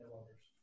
others